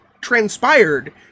transpired